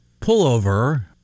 pullover